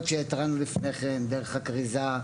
למרות שהתרענו לפני כן דרך הכריזה.